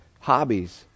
hobbies